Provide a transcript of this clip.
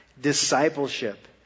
discipleship